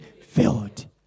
filled